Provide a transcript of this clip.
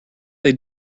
they